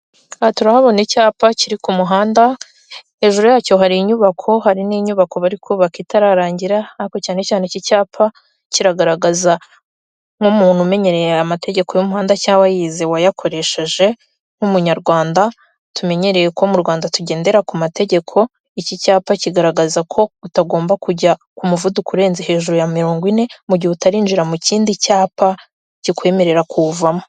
Aha turahabona icyapa kiri ku muhanda hejuru yacyo hari inyubako hari n'inyubako bari kubaka itararangira, ariko cyane cyane iki cyapa kiragaragaza nk'umuntu umenyereye aya mategeko y'umuhanda cyangwa yize wayakoresheje, nk'umunyarwanda tumenyereye ko mu rwanda tugendera ku mategeko, iki cyapa kigaragaza ko utagomba kujya ku muvuduko urenze hejuru ya mirongo ine, mu gihe utarinjira mu kindi cyapa kikwemerera kuwuvamo.